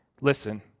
Listen